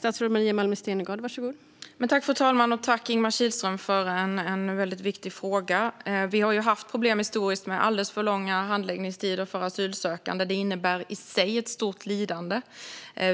Fru talman! Jag tackar Ingemar Kihlström för en väldigt viktig fråga. Vi har historiskt haft problem med alldeles för långa handläggningstider för asylsökande. Det innebär i sig ett stort lidande.